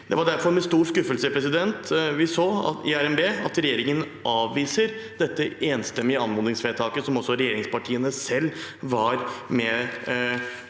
Det var derfor med stor skuffelse vi så i RNB at regjeringen avviser dette enstemmige anmodningsvedtaket som også regjeringspartiene selv var med